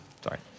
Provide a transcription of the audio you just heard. sorry